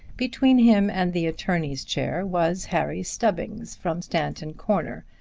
between him and the attorney's chair was harry stubbings, from stanton corner,